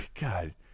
God